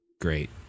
Great